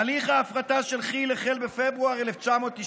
הליך ההפרטה של כי"ל החל בפברואר 1992,